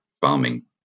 Farming